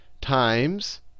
times